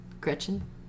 Gretchen